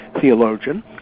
theologian